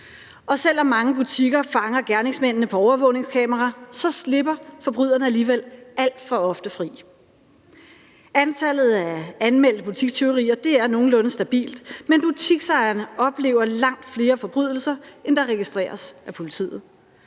Selv om mange butikker fanger gerningsmændene på overvågningskamera, slipper forbryderne alligevel alt for ofte fri. Antallet af anmeldte butikstyverier er nogenlunde stabilt, men butiksejerne oplever langt flere forbrydelser, end der registreres af politiet,